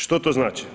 Što to znači?